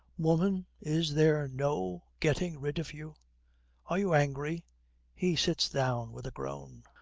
woman, is there no getting rid of you are you angry he sits down with a groan.